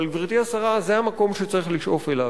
אבל, גברתי השרה, זה המקום שצריך לשאוף אליו.